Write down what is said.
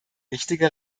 richtige